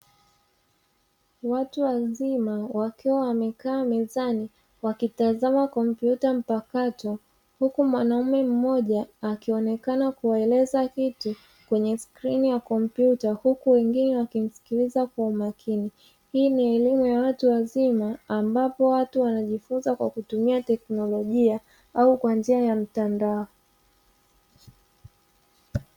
Watu wazima wakiwa wamekaa mezani wakitazama kompyuta mpakato, huku mwanaume mmoja akionekana kuwaeleza kitu kwenye skrini ya kompyuta, huku wengine wakisikiliza kwa umakini. Hii ni elimu ya watu wazima ambapo watu wanajifunza kwa kutumia teknolojia au kwa njia ya mtandao.